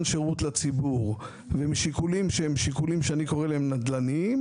שירות לציבור ומשיקולים שאני קורא להם "נדל"ניים",